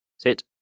Sit